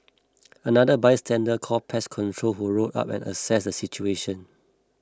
another bystander called pest control who rolled up and assessed the situation